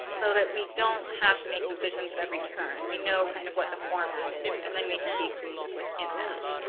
so that we don't have to make decisions at every turn. we know kind of what the format is and then we can be creative within that.